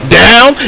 down